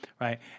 right